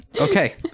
okay